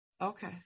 Okay